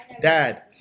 Dad